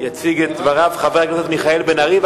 יציג את דבריו חבר הכנסת מיכאל בן-ארי,